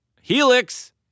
Helix